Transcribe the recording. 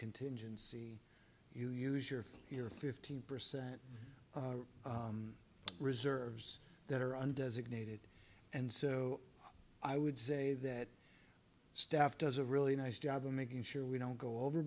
contingency you use your for your fifteen percent reserves that are undesignated and so i would say that staff does a really nice job of making sure we don't go over